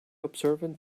observant